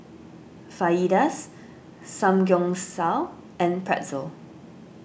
Fajitas Samgyeopsal and Pretzel